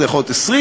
זה יכול להיות 20,